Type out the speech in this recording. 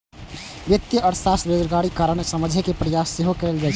वित्तीय अर्थशास्त्र मे बेरोजगारीक कारण कें समझे के प्रयास सेहो कैल जाइ छै